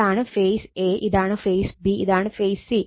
ഇതാണ് phase a ഇതാണ് phase b ഇതാണ് ഫേസ് c